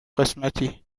قسمتی